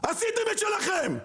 עשיתם את שלכם,